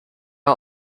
are